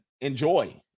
Enjoy